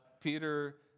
Peter